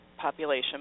population